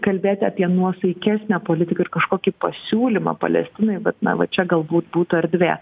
kalbėt apie nuosaikesnę politiką ir kažkokį pasiūlymą palestinai bet na va čia galbūt būtų erdvė